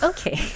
Okay